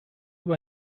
über